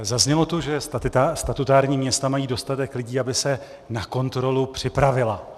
Zaznělo tu, že statutární města mají dostatek lidí, aby se na kontrolu připravila.